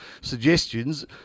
suggestions